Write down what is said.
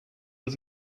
was